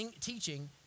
teaching